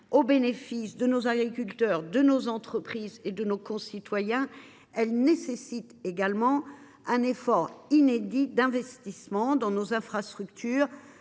au bénéfice de nos agriculteurs, de nos entreprises et de nos concitoyens, elle invite également à un effort inédit d’investissement dans nos infrastructures,